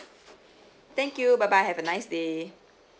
thank you bye bye have a nice day